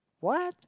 what